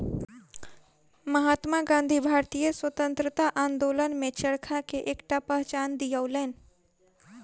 महात्मा गाँधी भारतीय स्वतंत्रता आंदोलन में चरखा के एकटा पहचान दियौलैन